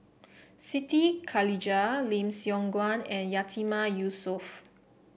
Siti Khalijah Lim Siong Guan and Yatiman Yusof